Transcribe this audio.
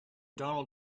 donald